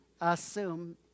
Assume